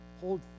hold